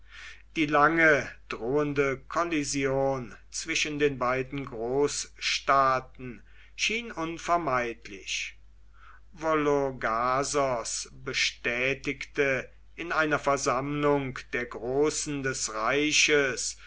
die lange drohende kollision zwischen den beiden großstaaten schien unvermeidlich vologasos bestätigte in einer versammlung der großen des reiches